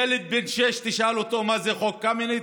ילד בן שש, אם תשאל אותו מה זה חוק קמיניץ,